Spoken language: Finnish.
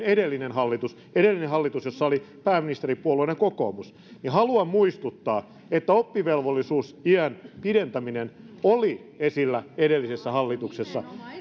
edellinen hallitus edellinen hallitus jossa oli pääministeripuolueena kokoomus niin haluan muistuttaa että oppivelvollisuusiän pidentäminen oli esillä edellisessä hallituksessa